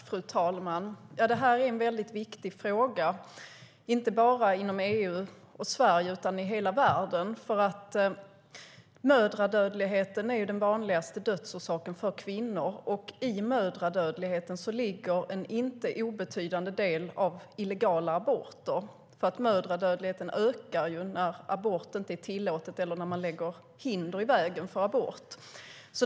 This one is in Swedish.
Fru talman! Det här är en väldigt viktig fråga, inte bara inom EU och Sverige utan i hela världen. Mödradödligheten är den vanligaste dödsorsaken för kvinnor, och i mödradödligheten ligger en inte obetydlig del av illegala aborter. Mödradödligheten ökar när abort inte är tillåtet eller när man lägger hinder i vägen för abort.